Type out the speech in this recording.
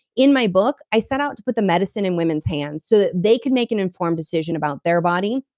in my book, i set out to put the medicine in women's hands, so that they can make an informed decision about about their body,